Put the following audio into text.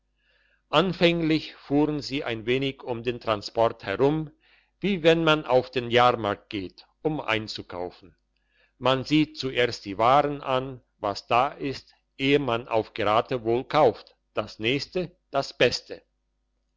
anfänglich fuhren sie ein wenig um den transport herum wie wenn man auf den jahrmarkt geht um einzukaufen man sieht zuerst die waren an was da ist ehe man auf geratewohl kauft das nächste das beste